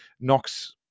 knocks